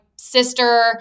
sister